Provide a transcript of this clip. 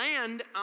land